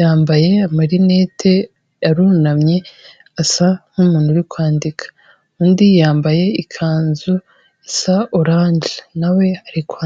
yambaye amarinete, arunamye asa nk'umuntu uri kwandika. Undi yambaye ikanzu isa oranje na we ari kwandika.